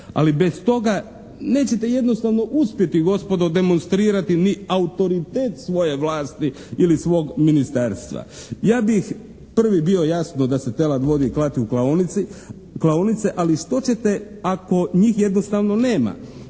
Ali bez toga nećete jednostavno uspjeti gospodo demonstrirati ni autoritet svoje vlasti ili svog ministarstva. Ja bih prvi bio jasno da se telad vodi klati u klaonici, klaonice, ali što ćete ako njih jednostavno nema.